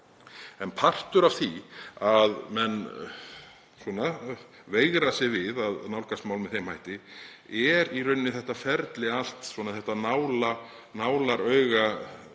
En partur af því að menn veigra sér við að nálgast mál með þeim hætti er í rauninni þetta ferli allt, þetta nálaraugamat